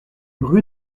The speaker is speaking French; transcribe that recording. rue